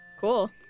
Cool